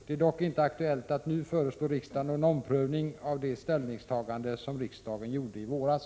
Det är dock inte aktuellt att nu föreslå riksdagen någon omprövning av det ställningstagande som riksdagen gjorde i våras.